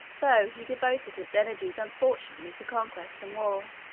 though he devoted its energies unfortunately to conquest and war.